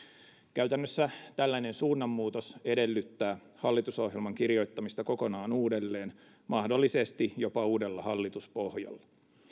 käytännössä tällainen suunnanmuutos edellyttää hallitusohjelman kirjoittamista kokonaan uudelleen mahdollisesti jopa uudella hallituspohjalla